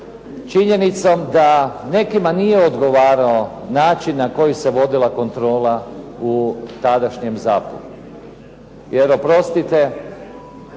činjenicom da nekima nije odgovarao način na koji se vodila kontrola u tadašnjem "ZAP"-u. Jer oprostite